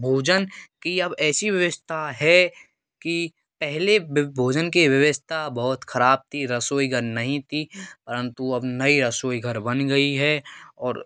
भोजन की अब ऐसी व्यवस्था है कि पहेले भोजन की वेवस्था बहुत ख़राब थी रसोईघर नहीं थी परंतु अब नई रसोईघर बन गई है और